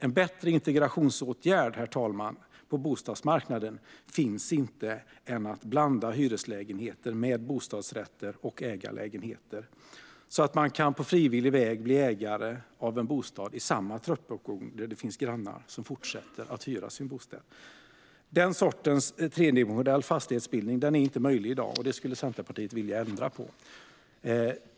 En bättre integrationsåtgärd på bostadsmarknaden finns inte, herr talman, än att blanda hyreslägenheter med bostadsrätter och ägarlägenheter så att man på frivillig väg kan bli ägare av en bostad i samma trappuppgång som grannar som fortsätter hyra sin bostad. Den sortens tredimensionell fastighetsbildning är inte möjlig i dag, och det skulle Centerpartiet vilja ändra på.